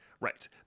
Right